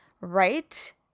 right